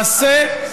למעשה, אתה לא מתבייש?